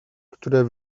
które